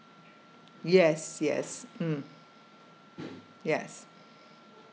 yes yes mm yes